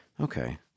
Okay